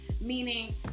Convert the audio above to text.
meaning